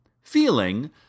feeling